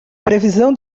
previsão